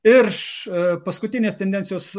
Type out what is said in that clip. ir š paskutinės tendencijos